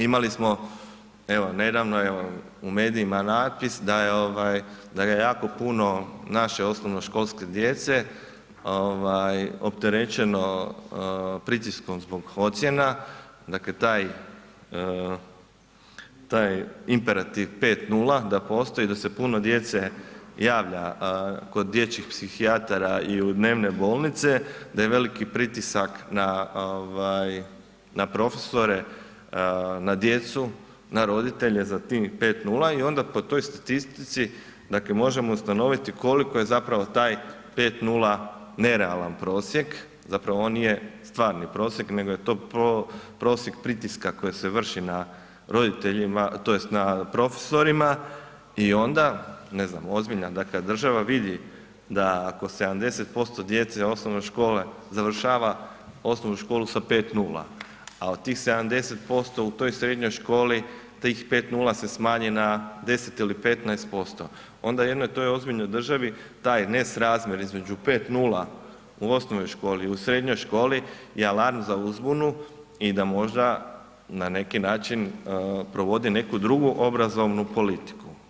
Imali smo nedavno evo u medijima natpis da je ovaj da je jako puno naše osnovnoškolske djece ovaj opterećeno pritiskom zbog ocjena, dakle taj imperativ 5,0 da postoji, da se puno djece javlja kod dječjih psihijatara i u dnevne bolnice, da je veliki pritisak na ovaj profesore, na djecu, na roditelje za tim 5,0 i onda po toj statistici možemo ustanoviti koliko je zapravo taj 5,0 nerealan prosjek, zapravo on nije stvarni prosjek nego je to prosjek pritiska koji se vrši na roditeljima tj. na profesorima i onda ne znam ozbiljna dakle država vidi da ako 705 djece osnovne škole završava osnovnu školu sa 5,0, a od tih 70% u toj srednjoj školi se smanji na 10 ili 15% onda jednoj toj ozbiljnoj državi taj nesrazmjer između 5,0 u osnovnoj školi, u srednjoj školi je alarm za uzbunu i da možda na neki način provodi neku drugu obrazovnu politiku.